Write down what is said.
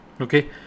Okay